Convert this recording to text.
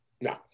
No